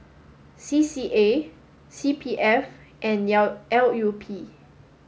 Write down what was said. C C A C P F and L U P